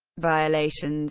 violations